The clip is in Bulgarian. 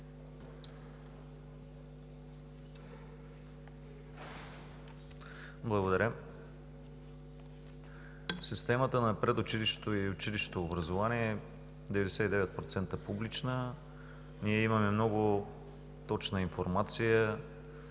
Благодаря Ви. В системата на предучилищното и училищното образование – 99% публична, ние имаме много точна информация